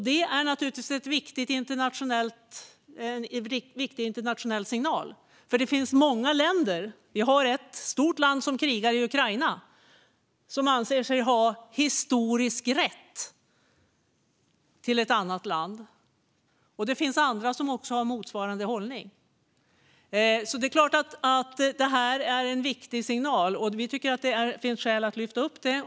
Detta är naturligtvis en viktig internationell signal, för det finns många länder - till exempel ett stort land som krigar i Ukraina - som anser sig ha historisk rätt till ett annat land. Det finns även andra som har motsvarande hållning, så det är klart att detta är en viktig signal. Vi tycker att det finns skäl att lyfta upp detta.